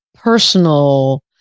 personal